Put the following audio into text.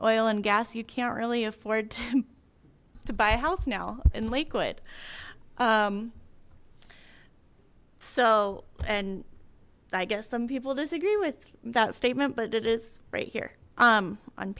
oil and gas you can't really afford to buy a house now in lakewood so and i guess some people disagree with that statement but it is right here um on